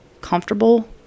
comfortable